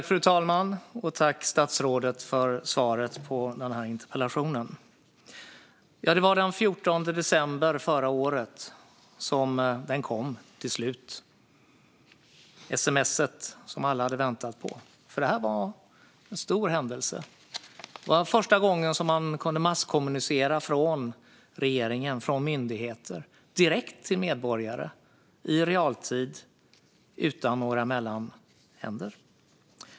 Fru talman! Tack, statsrådet, för svaret på interpellationen! Det var den 14 december förra året som det kom till slut - sms:et som alla hade väntat på. För det här var en stor händelse; det var första gången som man kunde masskommunicera från regeringen och från myndigheter direkt till medborgare i realtid utan några mellanhänder.